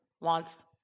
wants